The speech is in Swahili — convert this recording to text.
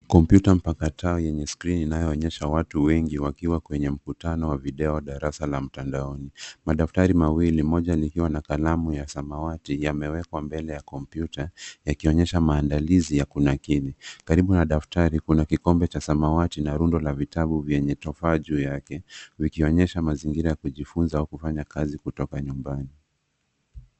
Kompyuta mpakato yenye skrini inayoonyesha watu wengi wakiwa kwenye mkutano wa video wa darasa la mtandaoni. Madaftari mawili moja likiwa na kalamu ya samawati yamewekwa mbele ya kompyuta yakionyesha maandalizi ya kunakili. Karibu na daftari kuna kikombe cha samawati na rundo la vitabu vyenye tofaa juu yake vikionyesha mazingira ya kujifunza au kufanya kazi kutoka nyumbani.